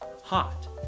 hot